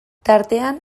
tartean